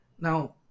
Now